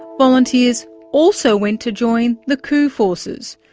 volunteers also went to join the coup forces,